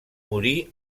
morir